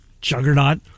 juggernaut